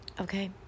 okay